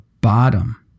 bottom